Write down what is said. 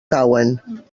cauen